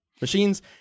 machines